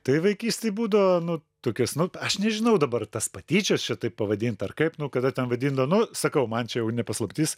tai vaikystėj būdavo nu tokios nu aš nežinau dabar tas patyčios čia taip pavadint ar kaip nu kada ten vadindavo nu sakau man čia jau ne paslaptis